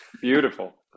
beautiful